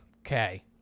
Okay